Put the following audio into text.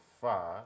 far